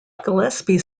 gillespie